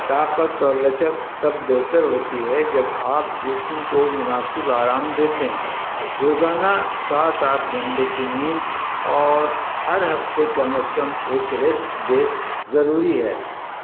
طاقت اور لچک تب بہتر ہوتی ہے جب آپ جسم کو مناسب آرام دیتے ہیں روزانہ سات آٹھ گھنٹے کی نیند اور ہر ہفتے کم از کم ایک ریسٹ ڈے ضروری ہے